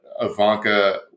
Ivanka